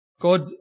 God